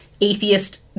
atheist